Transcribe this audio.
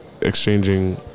exchanging